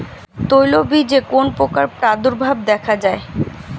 তৈলবীজে কোন পোকার প্রাদুর্ভাব দেখা যায়?